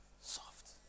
soft